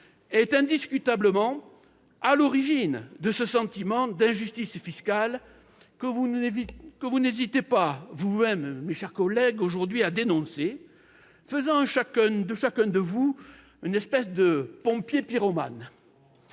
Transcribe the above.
est indiscutablement à l'origine de ce sentiment d'injustice fiscale que vous n'hésitez pas vous-mêmes aujourd'hui à dénoncer, faisant de chacun de vous une espèce de pompier pyromane.